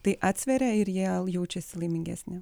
tai atsveria ir jie jaučiasi laimingesni